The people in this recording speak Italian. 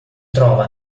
trova